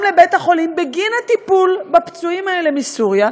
לבית-החולים בגין הטיפול בפצועים הזה האלה מסוריה,